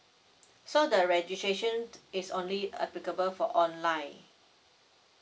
so the registration is only applicable for online